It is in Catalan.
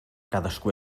cadascú